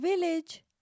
village